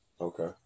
Okay